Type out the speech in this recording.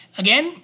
again